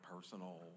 personal